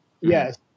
yes